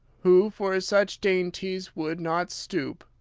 who for such dainties would not stoop?